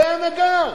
זה הנהגה.